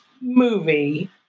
movie